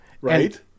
Right